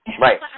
Right